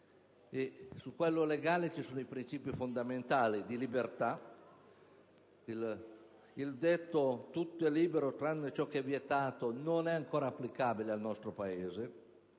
è quello legale, su cui insistono i principi fondamentali di libertà. Il detto "tutto è libero tranne ciò che è vietato" non è ancora applicabile al nostro Paese,